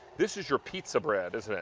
this is your pizza bread, isn't it?